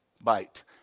bite